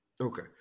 Okay